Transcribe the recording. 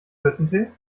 hüttentee